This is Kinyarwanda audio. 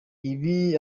ibi